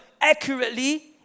accurately